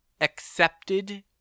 accepted